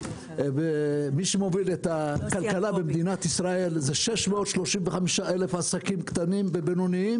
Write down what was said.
מי שמוביל את הכלכלה במדינת ישראל זה 635,000 עסקים קטנים ובינוניים